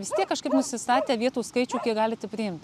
vis tiek kažkaip nusistatę vietų skaičių kiek galite priimt